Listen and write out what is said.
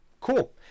cool